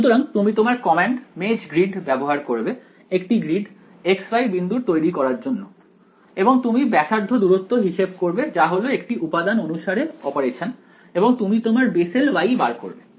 সুতরাং তুমি তোমার কমান্ড মেষগ্রিড ব্যবহার করবে একটি গ্রিড X Y বিন্দুর তৈরি করার জন্য এবং তুমি ব্যাসার্ধ দূরত্ব হিসেব করবে যা হল একটি উপাদান অনুসারে অপারেশন এবং তুমি তোমার বেসেল Y বার করবে